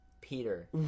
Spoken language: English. Peter